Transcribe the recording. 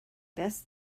best